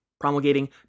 promulgating